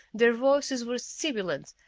their voices were sibilant,